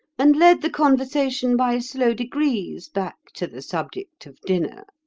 and led the conversation by slow degrees back to the subject of dinner.